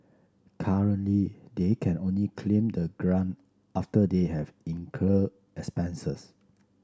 currently they can only claim the grant after they have incurred expenses